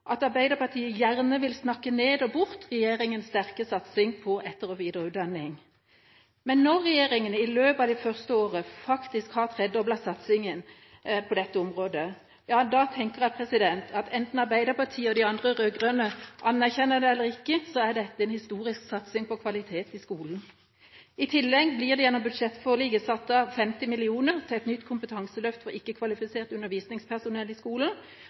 at Arbeiderpartiet gjerne vil snakke ned og bort regjeringas sterke satsing på etter- og videreutdanning. Men når regjeringa i løpet av det første året faktisk har tredoblet satsingen på dette området, tenker jeg at enten Arbeiderpartiet og de andre rød-grønne anerkjenner det eller ikke, er dette en historisk satsing på kvalitet i skolen. I tillegg blir det gjennom budsjettforliket satt av 50 mill. kr til et nytt kompetanseløft for ikke-kvalifisert undervisningspersonell i skolen,